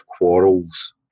quarrels